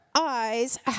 eyes